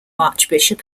archbishop